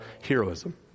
heroism